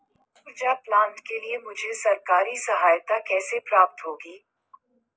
सौर ऊर्जा प्लांट के लिए मुझे सरकारी सहायता कैसे प्राप्त होगी?